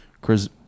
Chris